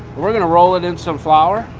we're going to roll it in some flour.